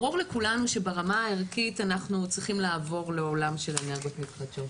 ברור לכולנו שברמה הערכית אנחנו צריכים לעבור לעולם של אנרגיות מתחדשות,